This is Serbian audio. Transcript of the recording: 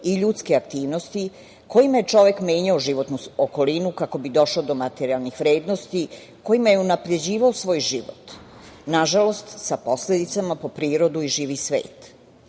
i ljudske aktivnosti kojima je čovek menjao životnu okolinu kako bi došao do materijalnih vrednosti kojima je unapređivao svoj život. Nažalost, sa posledicama po prirodu i živi